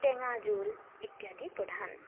টেঙা জোল ইত্যাদি প্ৰধান